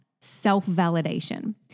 self-validation